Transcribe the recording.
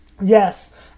Yes